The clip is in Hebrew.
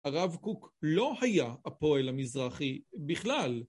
הרב קוק לא היה הפועל המזרחי בכלל.